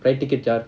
flight ticket